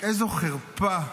איזו חרפה.